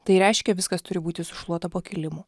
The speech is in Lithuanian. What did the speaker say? tai reiškia viskas turi būti sušluota po kilimu